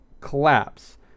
collapse